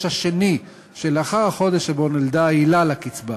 השני שלאחר החודש שבו נולדה העילה לקצבה.